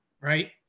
right